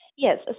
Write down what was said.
Yes